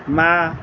ମାଆ